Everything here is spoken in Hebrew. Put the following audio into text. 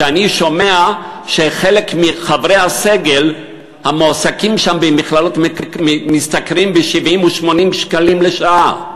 כשאני שומע שחלק מחברי הסגל במכללות משתכרים 70 או 80 שקלים לשעה,